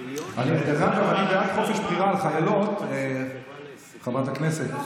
בעד חופש בחירה לחיילות, חברת הכנסת.